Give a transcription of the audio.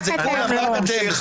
העולם העוין, כולם, רק אתם לא.